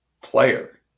player